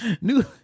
New